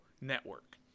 network